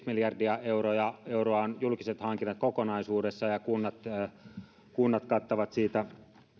miljardia euroa ovat julkiset hankinnat kokonaisuudessaan ja kunnat kattavat siitä